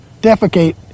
defecate